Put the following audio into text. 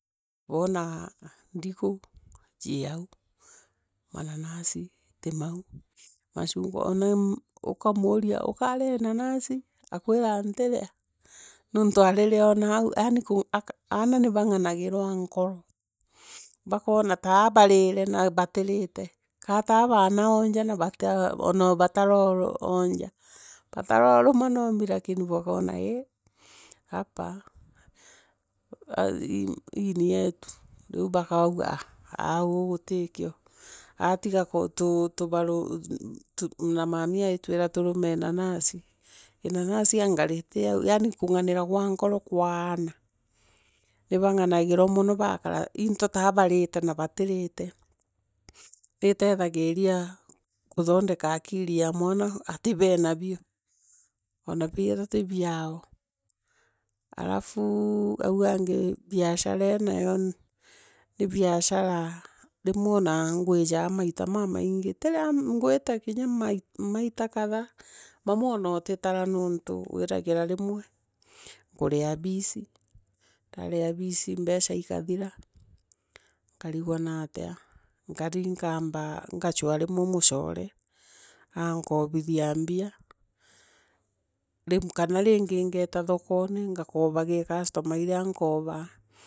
Woona ndigu, cii au, mananasi timau masungwa, ona ukamuuria okarea inanasi akwira ntiria, nontu aririona au yani aana nibanganagirwa nkoro bakoona ta barire na batirite ka baa baanaonja na batarooja batoouma nambi lakini bukona ii hapa ii ni yetu riu bakauga aa gutikio tigaa tuba, mami aritwira turume manasi, inanasi anga riti aau, yani kunganirwa gwa nkoro kwa aana. Nibanganangirwa mono baakara tai into ta barite na batirite niitethagina kuthondeka akiri ya mwana ati bena bio ona wethira ti bia. halafu, au angii, biashara ii nayo ni biashara rimwe ona ngojaa maito mamaingi, tiria ngwite kinya maita fadhaa, mamwe ona utitura nonto withagira rimwe, ukurea bici, ndarea bici mbeea ikathira nkrigwa natea nkathii nkamba ngachoa rimwe mucore aankobithia mbia kana ringi ngeta thokone, ngakoba ki customer ira nikobaa